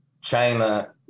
China